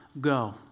go